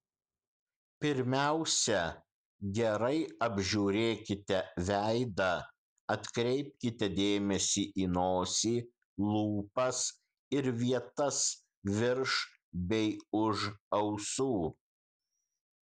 pirmiausia gerai apžiūrėkite veidą atkreipkite dėmesį į nosį lūpas ir vietas virš bei už ausų